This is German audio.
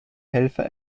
helfer